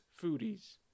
Foodies